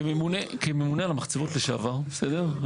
כממונה על המחצבות לשעבר, בסדר?